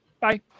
bye